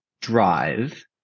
drive